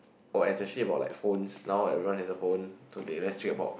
oh especially about like phones now everyone has a phone so they very strict about